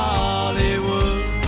Hollywood